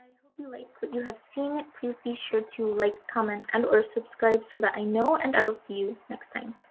you like what you have seen it please be sure to like, comment and or subscribe so that i know and i will see you next time.